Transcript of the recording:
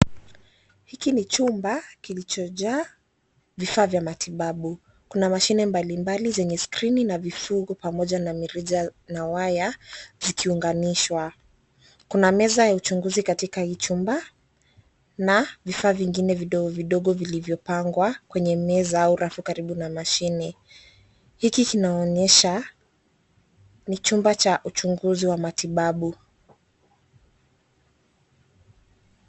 Hiki ni chumba kilichojaa vifaa vya matibabu. Kuna mashine mbalimbali zenye skrini na vifugu pamoja na mirija na waya zikiunganishwa. Kuna meza ya uchunguzi katika hii chumba na vifaa vingine vidogo vidogo vilivyopangwa, kwenye meza au rafu karibu na mashine. Hiki kinaonyesha ni chumba cha uchunguzi wa matibabu.